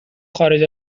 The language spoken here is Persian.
خارج